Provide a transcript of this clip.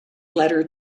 letter